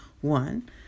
one